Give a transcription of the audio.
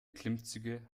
klimmzüge